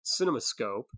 cinemascope